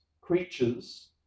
creatures